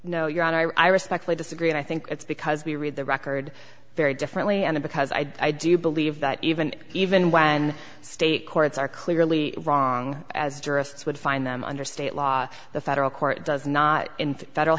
no your honor i respectfully disagree and i think it's because we read the record very differently and because i do believe that even even when state courts are clearly wrong as tourists would find them under state law the federal court does not in federal